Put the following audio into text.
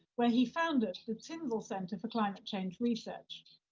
where he founded tyndall centre for climate change research.